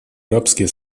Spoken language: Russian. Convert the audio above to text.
арабские